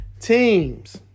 teams